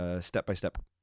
step-by-step